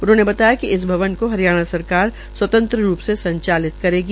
उन्होंने बताया कि इस भवन को हरियाणा सरकार स्वतंत्र रूप संचलित करेगी